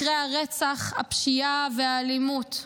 מקרי הרצח, הפשיעה והאלימות,